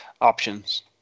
options